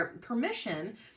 permission